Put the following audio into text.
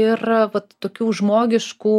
ir vat tokių žmogiškų